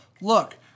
look